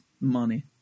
money